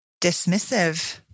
dismissive